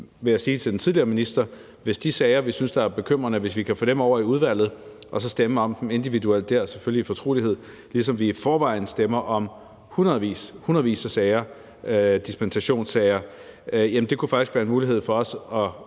ved at sige til den tidligere minister: Hvis vi kan få de sager, vi synes er bekymrende, over i udvalget og så stemme om dem individuelt der – selvfølgelig i fortrolighed – ligesom vi i forvejen stemmer om hundredvis, hundredvis af dispensationssager, kunne det faktisk være en mulighed for os